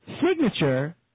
signature